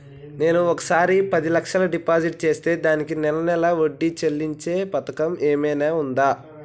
నేను ఒకేసారి పది లక్షలు డిపాజిట్ చేస్తా దీనికి నెల నెల వడ్డీ చెల్లించే పథకం ఏమైనుందా?